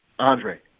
Andre